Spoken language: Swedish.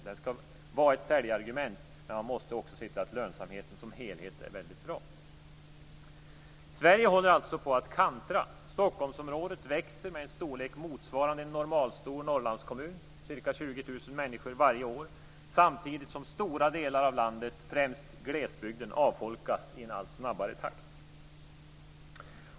Det skall var ett säljargument, men man måste också se till att lönsamheten som helhet är väldigt bra. Sverige håller alltså på att kantra. Stockholmsområdet växer med en storlek motsvarande en normalstor norrlandskommun, ca 20 000 människor, varje år. Samtidigt avfolkas stora delar av landet och främst glesbygden i en allt snabbare takt.